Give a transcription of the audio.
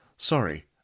Sorry